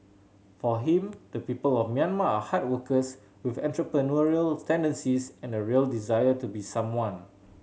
for him the people of Myanmar are hard workers with entrepreneurial tendencies and a real desire to be someone